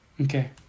Okay